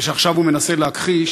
ועכשיו הוא מנסה להכחיש,